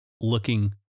looking